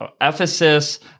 Ephesus